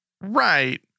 Right